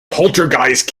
poltergeist